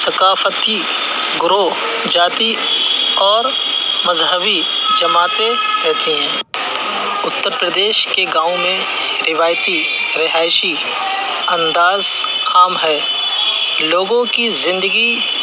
ثقافتی گروہ ذاتی اور مذہبی جماعتیں رہتی ہیں اتر پردیش کے گاؤں میں روایتی رہائشی انداز عام ہے لوگوں کی زندگی